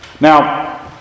Now